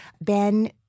Ben